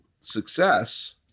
success